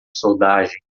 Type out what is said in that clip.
soldagem